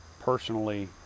personally